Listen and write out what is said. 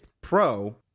pro